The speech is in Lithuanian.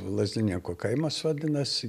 lazdininkų kaimas vadinasi